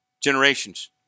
Generations